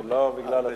זה הדדי.